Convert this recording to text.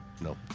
No